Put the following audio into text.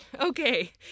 Okay